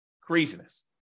Craziness